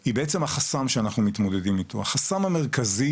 היא בעצם החסם שאנחנו מתמודדים איתו, החסם המרכזי